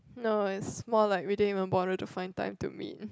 no it's more like we din even bother to find time to meet